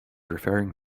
referring